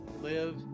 Live